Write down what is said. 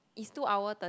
it's two hour thir~